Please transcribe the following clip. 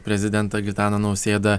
prezidentą gitaną nausėdą